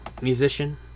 musician